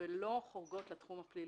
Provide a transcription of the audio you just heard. לא חורגות לתחום הפלילי.